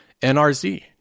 NRZ